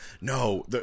No